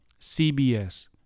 CBS